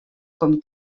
com